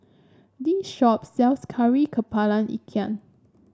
this shop sells Kari kepala Ikan